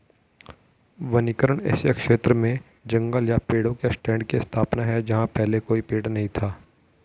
वनीकरण ऐसे क्षेत्र में जंगल या पेड़ों के स्टैंड की स्थापना है जहां पहले कोई पेड़ नहीं था